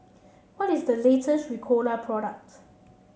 what is the latest Ricola product